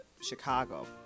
Chicago